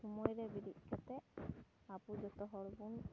ᱥᱚᱢᱚᱭ ᱨᱮ ᱵᱮᱨᱮᱫ ᱠᱟᱛᱮ ᱟᱵᱚ ᱡᱚᱛᱚ ᱦᱚᱲ ᱵᱚᱱ